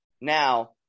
Now